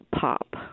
Pop